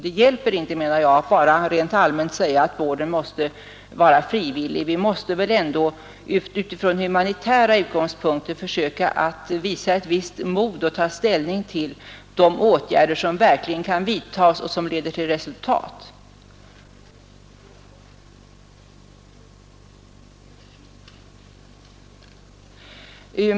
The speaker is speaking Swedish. Det hjälper inte att rent allmänt säga att vården måste vara frivillig, utan vi måste från rent humanitära utgångspunkter försöka visa ett visst mod och ta ställning till de åtgärder som verkligen kan vidtas och som leder till resultat.